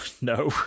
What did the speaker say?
no